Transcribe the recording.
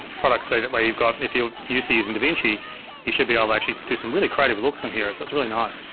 products. so that when you've got, and if you're used to using davinci you should be able to actually do some really creative looks on here, it's it's really nice.